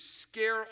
scare